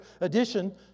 edition